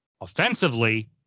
offensively